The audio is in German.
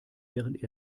während